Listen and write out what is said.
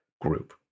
group